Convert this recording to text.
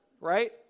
right